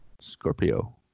Scorpio